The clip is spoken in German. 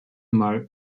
einmal